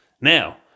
now